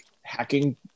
hacking